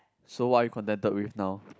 so what are you contented with now